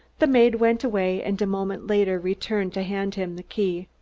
the maid went away, and a moment later returned to hand him the key.